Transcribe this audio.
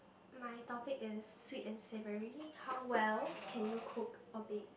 my topic is sweet and savoury how well can you cook or bake